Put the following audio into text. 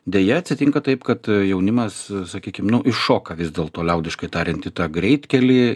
deja atsitinka taip kad jaunimas sakykim nu iššoka vis dėlto liaudiškai tariant į tą greitkelį